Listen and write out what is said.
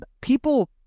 People